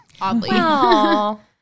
oddly